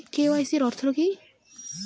KYC অর্থ কি?